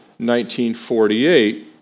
1948